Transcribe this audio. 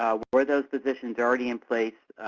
were those positions already in place,